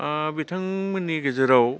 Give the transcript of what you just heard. बिथांमोननि गेजेराव